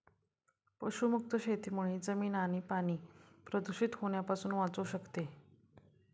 पशुमुक्त शेतीमुळे जमीन आणि पाणी प्रदूषित होण्यापासून वाचू शकते